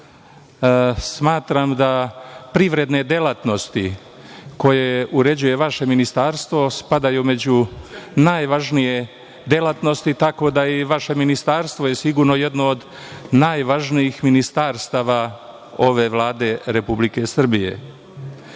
Smatram da privredne delatnosti koje uređuje vaše ministarstvo spadaju među najvažnije delatnosti, tako da je i vaše ministarstvo sigurno jedno od najvažnijih ministarstava ove vlade Republike Srbije.